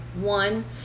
one